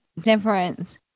difference